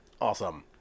Awesome